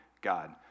God